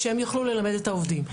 שהם יוכלו ללמד את העובדים.